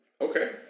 Okay